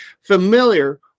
familiar